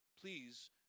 Please